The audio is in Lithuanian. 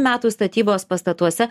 metų statybos pastatuose